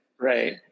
Right